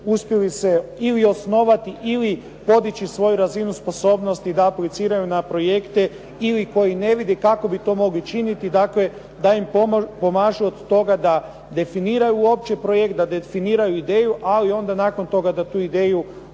uspjeli se ili osnovati ili podići svoju razinu sposobnosti da apliciraju na projekte ili koji ne vide kako bi to mogli činiti, dakle da im pomažu od toga da definiraju opći projekt, da definiraju ideju, ali onda nakon toga da tu ideju